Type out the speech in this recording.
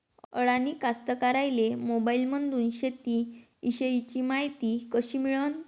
अडानी कास्तकाराइले मोबाईलमंदून शेती इषयीची मायती कशी मिळन?